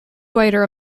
writer